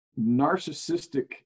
narcissistic